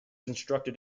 instructed